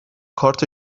کارت